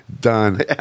Done